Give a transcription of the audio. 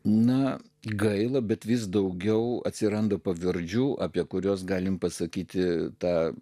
na gaila bet vis daugiau atsiranda pavardžių apie kuriuos galime pasakyti tą